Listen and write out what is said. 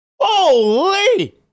Holy